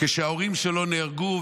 כשההורים שלו נהרגו,